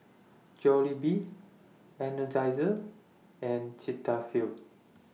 Jollibee Energizer and Cetaphil